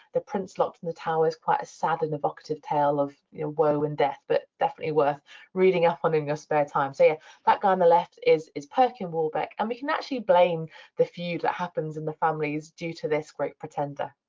the prince locked in the tower is quite a sad and evocative tale of woe and death but definitely worth reading up on in your spare time. so yeah, that guy on the left is is perkin warbeck, and we can actually blame the feud that happens in the families due to this great pretender.